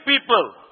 people